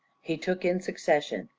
he took in succession,